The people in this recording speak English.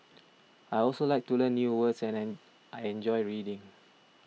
I also like to learn new words and I I enjoy reading